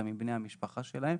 גם עם בני המשפחה שלהם.